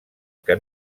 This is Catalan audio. que